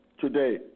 today